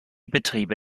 betriebe